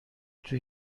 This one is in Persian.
توی